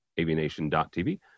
Aviation.tv